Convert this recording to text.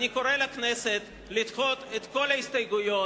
ואני קורא לכנסת לדחות את כל ההסתייגויות.